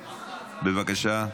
בבקשה,